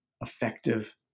effective